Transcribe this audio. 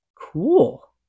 Cool